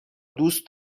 دوست